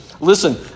Listen